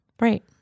Right